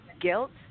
guilt